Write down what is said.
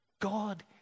God